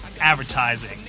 advertising